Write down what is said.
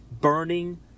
burning